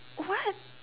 what